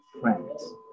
friends